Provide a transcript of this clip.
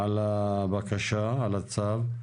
על הבקשה, על הצו.